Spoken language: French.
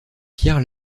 pierre